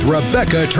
Rebecca